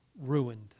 ruined